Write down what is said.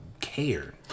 care